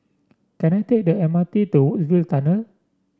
can I take the M R T to Woodsville Tunnel